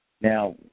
Now